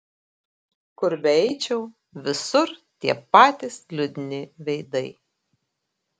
kur beeičiau visur tie patys liūdni veidai